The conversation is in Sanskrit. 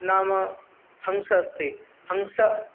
नाम हंस अस्ति हंसः